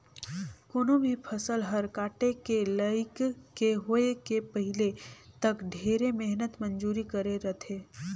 कोनो भी फसल हर काटे के लइक के होए के पहिले तक ढेरे मेहनत मंजूरी करे रथे